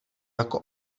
jako